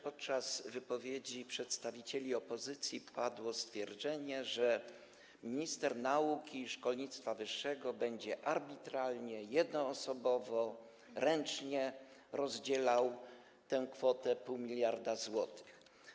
Podczas wypowiedzi przedstawicieli opozycji padło stwierdzenie, że minister nauki i szkolnictwa wyższego będzie arbitralnie, jednoosobowo, ręcznie rozdzielał tę kwotę 0,5 mld zł.